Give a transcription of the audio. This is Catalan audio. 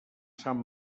sant